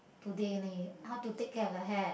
today only how to take care of your hair